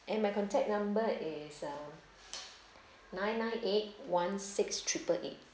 and my contact number is uh nine nine eight one six triple eight